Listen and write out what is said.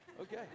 Okay